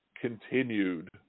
continued